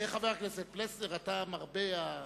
רק שאלות הבהרה.